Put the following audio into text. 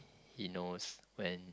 he knows when